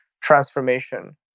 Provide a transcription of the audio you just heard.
transformation